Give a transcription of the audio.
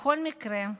בכל מקרה,